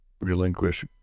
relinquish